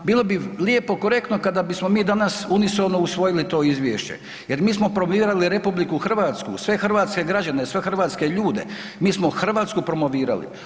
Bilo bi lijepo korektno kada bismo mi danas unisono usvojili to izvješće jer mi smo promovirali RH, sve hrvatske građane, sve hrvatske ljude, mi smo Hrvatsku promovirali.